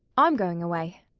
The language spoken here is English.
i'm going away.